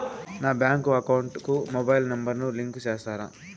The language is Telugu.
నా బ్యాంకు అకౌంట్ కు మొబైల్ నెంబర్ ను లింకు చేస్తారా?